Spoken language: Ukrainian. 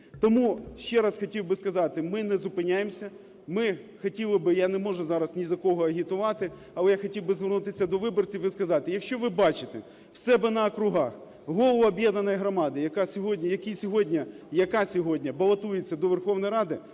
Тому ще раз хотів би сказати, ми не зупиняємося, ми хотіли би, я не можу зараз ні за кого агітувати, але я хотів би звернутися до виборців і сказати: якщо ви бачите у себе на округах голову об'єднаної громади, який сьогодні, яка сьогодні балотується до Верховної Ради,